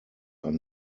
are